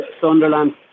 Sunderland